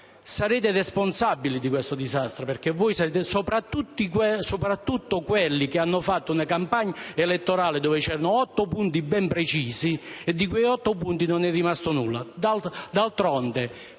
Sarete responsabili di questo disastro, soprattutto quelli che hanno fatto una campagna elettorale dove c'erano otto punti ben precisi, dei quali non è rimasto nulla.